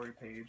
page